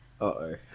Uh-oh